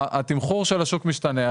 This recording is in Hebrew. התמחור של השוק משתנה,